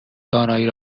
دانایی